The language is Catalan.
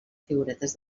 figuretes